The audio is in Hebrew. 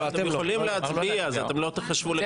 אתם יכולים להצביע, אתם לא תיחשבו לקוורום.